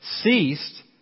ceased